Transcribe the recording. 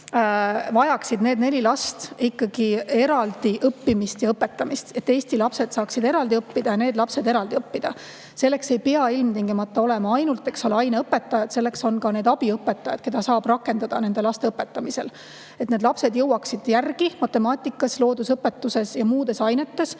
vajaksid need neli last ikkagi eraldi õppimist ja õpetamist. Eesti lapsed peaksid saama eraldi õppida. Selleks ei pea ilmtingimata olema aineõpetajad, selleks on ka abiõpetajad, keda saab rakendada nende laste õpetamisel. Et need lapsed jõuaksid järgi matemaatikas, loodusõpetuses ja muudes ainetes,